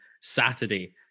Saturday